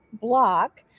block